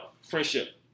Friendship